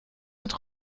mit